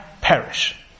perish